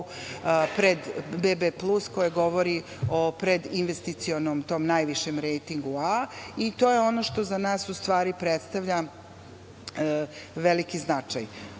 pred B B plus, koja govori o predinvesticionom tom najvišem rejtingu A i to je ono što za nas predstavlja veliki značaj. Cena